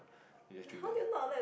you just drink then